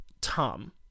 Tom